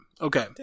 okay